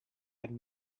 had